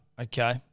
Okay